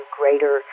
greater